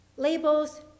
Labels